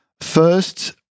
First